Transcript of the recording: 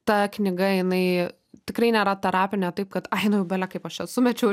ta knyga jinai tikrai nėra terapinė taip kad ai nu jau bele kaip aš sumečiau